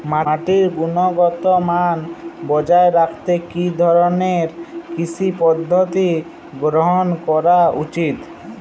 মাটির গুনগতমান বজায় রাখতে কি ধরনের কৃষি পদ্ধতি গ্রহন করা উচিৎ?